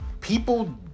people